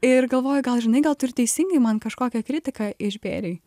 ir galvoju gal žinai gal tu ir teisingai man kažkokią kritiką išbėrei